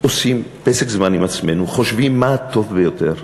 עושים פסק זמן עם עצמנו, חושבים מה טוב ביותר,